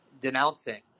denouncing